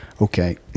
okay